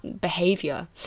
behavior